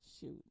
shoot